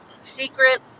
secret